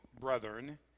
brethren